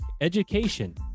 education